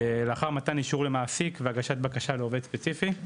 לאחר מתן אישור למעסיק והגשת בקשה לעובד ספציפי,